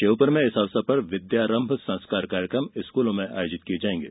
श्योप्र में इस अवसर पर विद्यारंभ संस्कार कार्यकम स्कूलों में आयोजित किये जायेंगे